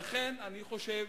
לכן אני חושב